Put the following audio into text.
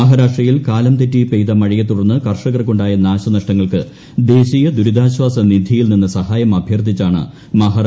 മഹാരാഷ്ട്രയിൽ കാലം തെറ്റി പെയ്ത മഴയെത്തുടർന്ന് കർഷകർക്കുണ്ടായ നാശനഷ്ടങ്ങൾക്ക് ദേശീയ ദുരിതാശ്ചാസ നിധിയിൽ നിന്ന് സഹായം അഭ്യർത്ഥിച്ചാണ് മഹാരാഷ്ട്ര മുഖ്യമന്ത്രി ശ്രീ